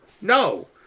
no